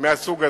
מהסוג הזה.